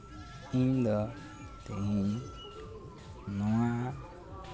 ᱤᱧᱫᱚ ᱛᱮᱦᱤᱧ ᱱᱚᱣᱟ